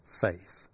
faith